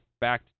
back